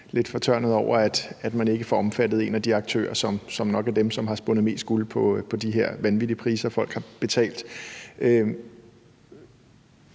lidt fortørnede over, at man ikke får omfattet en af de aktører, som nok har spundet mest guld på de her vanvittige priser, folk har betalt.